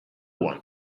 one